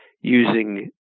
using